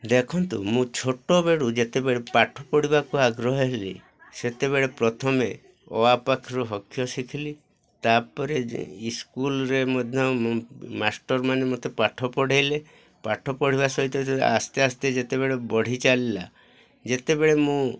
ଦେଖନ୍ତୁ ମୁଁ ଛୋଟବେଳୁ ଯେତେବେଳେ ପାଠ ପଢ଼ିବାକୁ ଆଗ୍ରହ ହେଲି ସେତେବେଳେ ପ୍ରଥମେ ଅ ଆ ପାଖୁରୁ ହ କ୍ଷ ଶିଖିଲି ତା'ପରେ ସ୍କୁଲରେ ମଧ୍ୟ ମାଷ୍ଟରମାନେ ମୋତେ ପାଠ ପଢ଼ାଇଲେ ପାଠ ପଢ଼ିବା ସହିତ ଆସ୍ତେ ଆସ୍ତେ ଯେତେବେଳେ ବଢ଼ି ଚାଲିଲା ଯେତେବେଳେ ମୁଁ